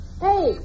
Hey